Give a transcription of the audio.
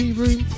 room